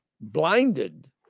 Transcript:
blinded